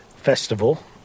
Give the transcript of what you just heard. Festival